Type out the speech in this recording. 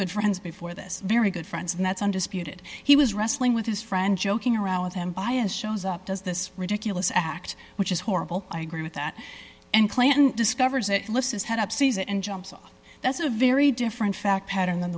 good friends before this very good friends and that's undisputed he was wrestling with his friend joking around with him by his shows up does this ridiculous act which is horrible i agree with that and clay and discovers that listens head up sees it and jumps off that's a very different fact pattern